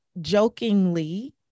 jokingly